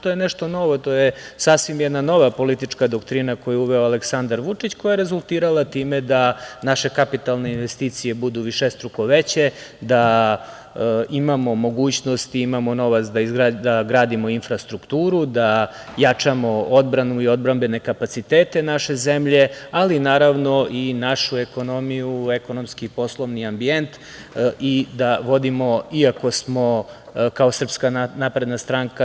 To je nešto novo i to je sasvim jedna nova politička doktrina koju je uveo Aleksandar Vučić, koja je rezultirala time da naše kapitalne investicije budu višestruko veće, da imamo mogućnost i imamo novac da gradimo infrastrukturu, da jačamo odbranu i odbrambene kapacitete naše zemlje, ali, naravno, i našu ekonomiju u ekonomski i poslovni ambijent i da vodimo, iako smo kao SNS